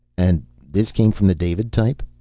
and this came from the david type?